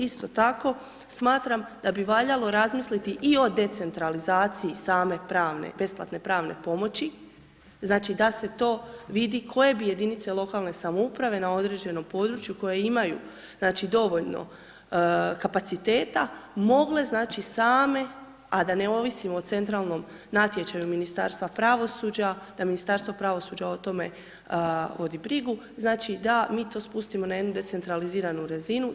Isto tako, smatram da bi valjalo razmisliti i o decentralizaciji same besplatne pravne pomoći, znači, da se to vidi koje bi jedinice lokalne samouprave na određenom području koje imaju, znači, dovoljno kapaciteta, mogle, znači, same, a da ne ovisimo o centralnom natječaju Ministarstva pravosuđa, da Ministarstvo pravosuđa o tome vodi brigu, znači, da mi to spustimo na jednu decentraliziranu razinu.